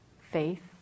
faith